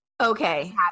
okay